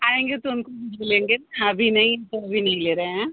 आएँगे तो उनको भी लेंगे ना अभी नहीं तो अभी नहीं ले रहे हैं